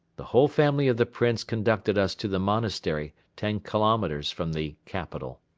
the whole family of the prince conducted us to the monastery ten kilometres from the capital.